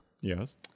Yes